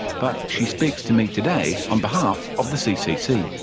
but she speaks to me today on behalf of the ccc.